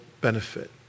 benefit